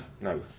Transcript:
no